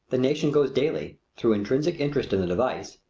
the nation goes daily, through intrinsic interest in the device,